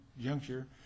juncture